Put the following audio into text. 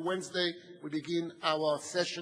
Every Wednesday we begin our session